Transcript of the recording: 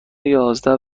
یازده